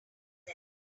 them